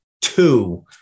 two